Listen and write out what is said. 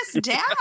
down